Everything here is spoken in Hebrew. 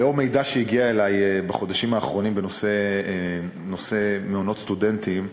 לאור מידע שהגיע אלי בחודשים האחרונים בנושא מעונות סטודנטים,